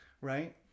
right